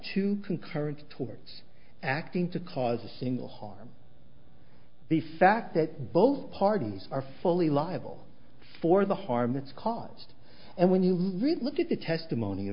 two concurrent tort acting to cause a single harm the fact that both parties are fully liable for the harm it's caused and when you really look at the testimony